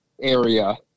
area